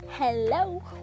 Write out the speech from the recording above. Hello